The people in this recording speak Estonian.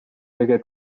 kõige